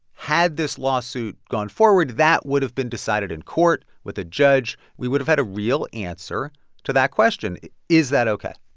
had this lawsuit gone forward, that would've been decided in court with a judge. we would've had a real answer to that question is that ok?